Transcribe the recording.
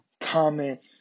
comment